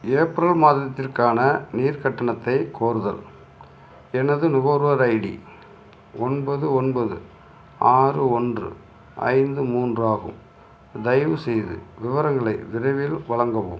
April மாதத்திற்கான நீர் கட்டணத்தை கோருதல் எனது நுகர்வோர் ஐடி ஒன்பது ஒன்பது ஆறு ஒன்று ஐந்து மூன்று ஆகும் தயவுசெய்து விவரங்களை விரைவில் வழங்கவும்